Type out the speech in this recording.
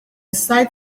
sight